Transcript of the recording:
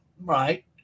right